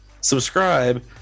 subscribe